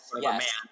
yes